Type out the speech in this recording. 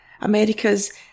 America's